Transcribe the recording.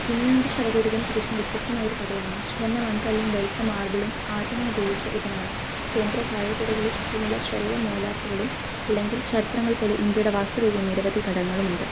ഹുമയൂണിൻ്റെ ശവകുടീരം തികച്ചും വ്യത്യസ്തമായ ഒരു കഥയാണ് ചുവന്ന മണൽക്കല്ലും വെളുത്ത മാർബിളും ആദ്യമായി ഉപയോഗിച്ച ഇതിനാണ് കേന്ദ്ര താഴെക്കുടിലിന് ചുറ്റുമുള്ള ചെറിയ മേലാപ്പുകളും അല്ലെങ്കിൽ ചരിത്രങ്ങൾ പോലെ ഇന്ത്യയുടെ വാസ്തുവിദ്യ നിരവധി ഘടകങ്ങളുമുണ്ട്